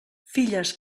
filles